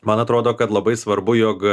man atrodo kad labai svarbu jog